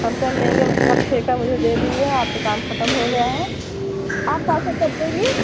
हम कर लेंगे अब आप ठेका मुझे दे दीजिए आपका काम ख़त्म हो गया है आप पैसा कब देंगी